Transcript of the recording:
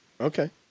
Okay